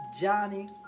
Johnny